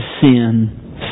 sin